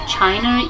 China